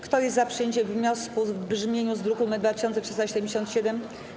Kto jest za przyjęciem wniosku w brzmieniu z druku nr 2377?